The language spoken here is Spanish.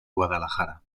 guadalajara